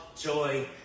joy